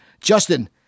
Justin